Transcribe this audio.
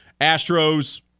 Astros